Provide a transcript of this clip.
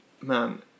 man